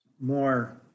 more